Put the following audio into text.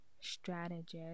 strategist